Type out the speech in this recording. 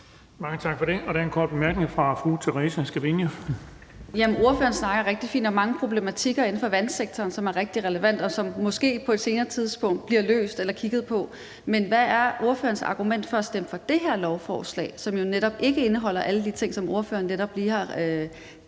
Mange tak for det. Der er en kort bemærkning fra fru Theresa Scavenius. Kl. 14:35 Theresa Scavenius (UFG): Ordføreren snakker rigtig fint om mange problematikker inden for vandsektoren, som er rigtig relevante, og som måske på et senere tidspunkt bliver løst eller kigget på, men hvad er ordførerens argument for at stemme for det her lovforslag, som jo ikke indeholder alle de ting, som ordføreren netop lige har